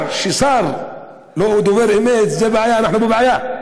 שר, כששר לא דובר אמת, זה בעיה, אנחנו בבעיה.